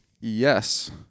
Yes